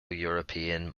european